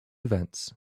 events